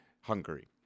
Hungary